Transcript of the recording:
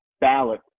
ballot